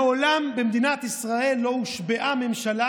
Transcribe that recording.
מעולם במדינת ישראל לא הושבעה ממשלה